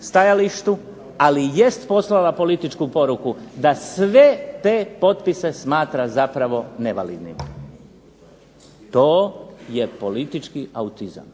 stajalištu, ali jest poslala političku poruku da sve te potpise smatra zapravo nevalidnim. To je politički autizam.